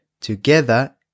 together